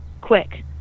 quick